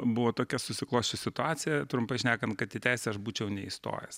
buvo tokia susiklosčius situacija trumpai šnekant kad į teisę aš būčiau neįstojęs